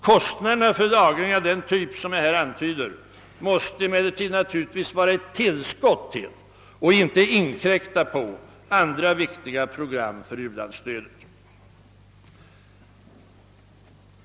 Kostnaderna för lagring av den typ som jag här antyder måste emellertid naturligtvis vara ett tillskott till, och inte inkräkta på, andra viktiga program för u-landsstödet.